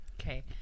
Okay